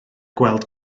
gweld